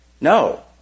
No